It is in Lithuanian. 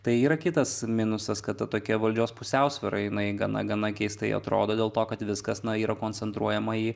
tai yra kitas minusas kad ta tokia valdžios pusiausvyra jinai gana gana keistai atrodo dėl to kad viskas na yra koncentruojama jį